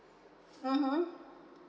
mmhmm